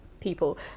people